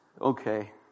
Okay